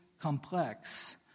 complex